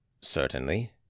Certainly